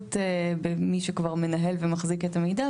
יעילות במי שכבר מנהל ומחזיק את המידע.